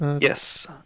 yes